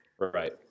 Right